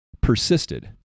persisted